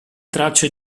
tracce